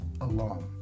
alone